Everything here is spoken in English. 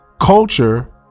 culture